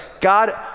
God